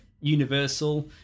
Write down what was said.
Universal